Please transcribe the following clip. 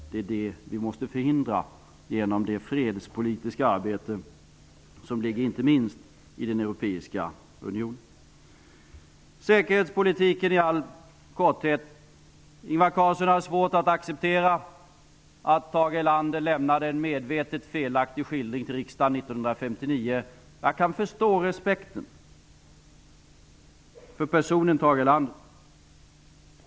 Det är det vi måste förhindra genom det fredspolitiska arbete som inte minst ligger hos den Europeiska unionen. Ingvar Carlsson har svårt att acceptera att Tage Erlander lämnade en medvetet felaktig skildring till riksdagen 1959. Jag kan förstå respekten för personen Tage Erlander.